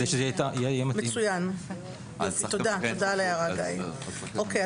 חוק המשמעת רשויות מקומיות זה העתקה מפה